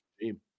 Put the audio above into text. team